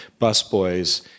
busboys